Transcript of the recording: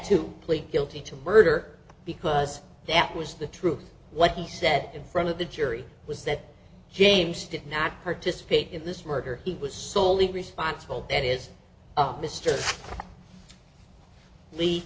to plead guilty to murder because that was the truth what he said in front of the jury was that james did not participate in this murder he was solely responsible that is